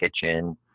kitchen